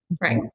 Right